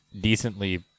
decently